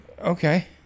Okay